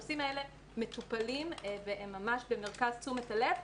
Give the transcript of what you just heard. הנושאים האלה מטופלים והם במרכז תשומת הלב.